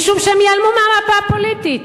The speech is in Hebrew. משום שהם ייעלמו מהמפה הפוליטית.